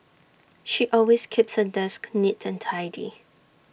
she always keeps her desk neat and tidy